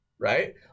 right